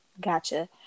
Gotcha